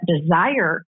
desire